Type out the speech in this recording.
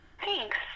thanks